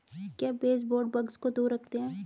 क्या baseboard bugs को दूर रखते हैं?